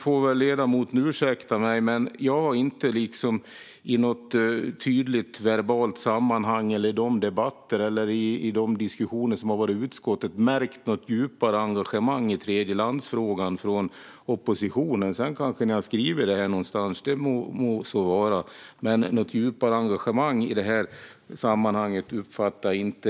Sedan får ledamoten ursäkta mig, men jag har inte i något tydligt verbalt sammanhang, i debatter eller i diskussioner som har förts i utskottet märkt något djupare engagemang i tredjelandsfrågan från oppositionen. Sedan kanske ni har skrivit om detta någonstans; det må så vara. Men något djupare engagemang i sammanhanget uppfattar jag som sagt inte.